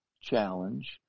challenge